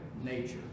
nature